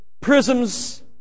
prisms